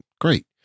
great